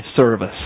service